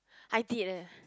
I did leh